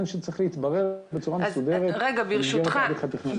שצריך להתברר בצורה מסודרת בהליך התכנון.